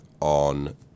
on